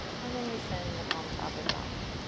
and then we send the palms up and back.